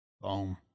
Boom